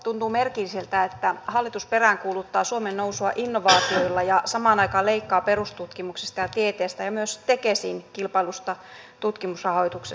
tuntuu merkilliseltä että hallitus peräänkuuluttaa suomen nousua innovaatioilla ja samaan aikaan leikkaa perustutkimuksesta ja tieteestä ja myös tekesin kilpaillusta tutkimusrahoituksesta